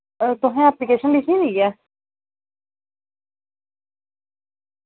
तुसैं एप्लीकेशन लिखी दी ऐ